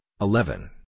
eleven